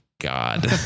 God